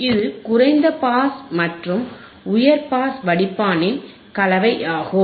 இது குறைந்த பாஸ் மற்றும் உயர் பாஸ் வடிப்பானின் கலவையாகும்